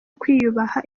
kwiyubaha